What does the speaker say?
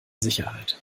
sicherheit